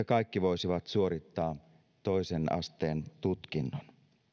kaikki voisivat suorittaa toisen asteen tutkinnon